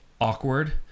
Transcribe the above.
awkward